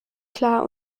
klar